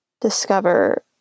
discover